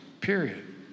Period